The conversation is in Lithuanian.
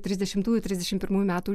trisdešimtųjų trisdešim pirmųjų metų